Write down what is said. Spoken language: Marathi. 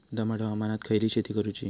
दमट हवामानात खयली शेती करूची?